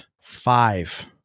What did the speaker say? five